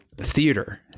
theater